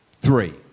three